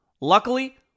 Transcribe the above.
Luckily